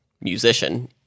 musician